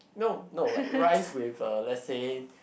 no no like rice with uh let's say